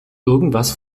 irgendwas